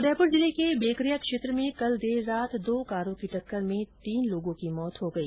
उदयपुर जिले के बेकरिया क्षेत्र में कल देर रात दो कारों की टक्कर में तीन लोगों की मौत हो गई